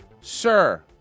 sir